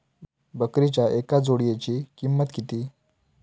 बकरीच्या एका जोडयेची किंमत किती?